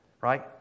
right